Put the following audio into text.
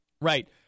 Right